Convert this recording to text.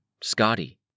Scotty